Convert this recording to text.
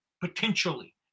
Potentially